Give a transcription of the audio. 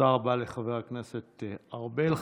תודה רבה לחבר הכנסת ארבל.